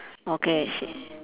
okay she